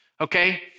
okay